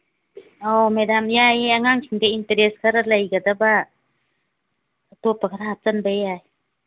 ꯑꯧ ꯃꯦꯗꯥꯝ ꯌꯥꯏꯌꯦ ꯑꯉꯥꯡꯁꯤꯡꯗ ꯏꯟꯇꯔꯦꯁ ꯈꯔ ꯂꯩꯒꯗꯕ ꯑꯇꯣꯞꯄ ꯈꯔ ꯍꯥꯞꯆꯤꯟꯕ ꯌꯥꯏ